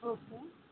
okay